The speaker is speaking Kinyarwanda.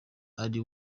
ari